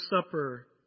Supper